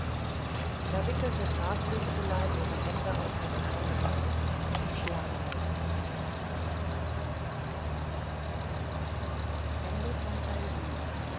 da wickelte graswürzelein ihre hände aus den ärmeln und umschlang oizo